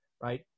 right